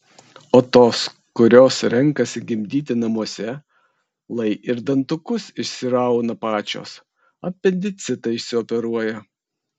o tos kurios renkasi gimdyti namuose lai ir dantukus išsirauna pačios apendicitą išsioperuoja